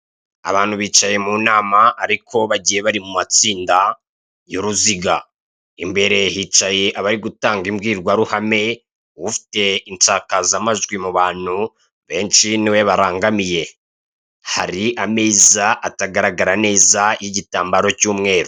Abantu bicaye mu nama ariko bagiye bari mu matsinda y' uruziga, imbere hicaye abari gutanga imbwirwaruhame, ufite insakazamajwi mu bantu benshi ni we barangamiye, hari ameza atagaragara neza y' igitambaro cy' umweru.